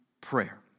prayer